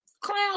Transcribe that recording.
clown